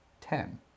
ten